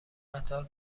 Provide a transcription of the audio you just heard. قطار